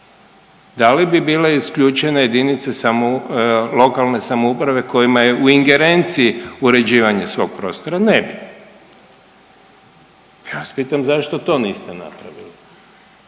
Da li bi bile isključene jedinice samo, lokalne samouprave kojima je u ingerenciji uređivanje svog prostora? Ne bi. Ja vas pitam zašto to niste napravili.